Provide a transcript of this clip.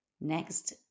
Next